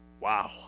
Wow